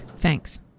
thanks